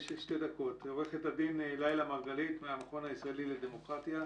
עו"ד לילה מרגלית מהמכון הישראלי לדמוקרטיה.